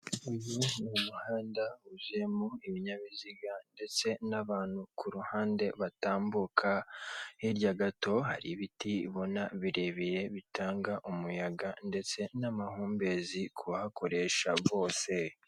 Uyu ni umuhanda wuzuyemo ibinyabiziga ndetse n'abantu ku ruhande batambuka, hirya gato hari ibiti ubona birebire bitanga umuyaga ndetse n'amahumbezi kubahakoresha bose.